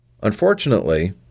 Unfortunately